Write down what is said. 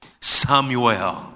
Samuel